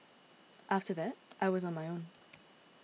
after that I was on my own